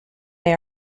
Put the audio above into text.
they